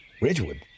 Ridgewood